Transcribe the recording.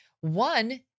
One